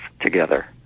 together